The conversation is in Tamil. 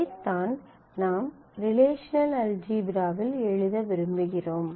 இதைத்தான் நாம் ரிலேஷனல் அல்ஜீப்ராவில் எழுத விரும்புகிறோம்